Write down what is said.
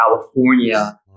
California